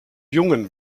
jungen